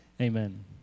amen